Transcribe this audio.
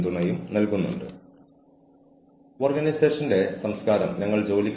അത് ഒരു ശീലമായി മാറുന്നില്ലെങ്കിൽ കുറച്ച് വഴക്കം ഓർഗനൈസേഷനുകളെ വേദനിപ്പിക്കരുത്